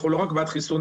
אנחנו לא רק בעד חיסונים,